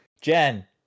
Jen